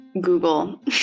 Google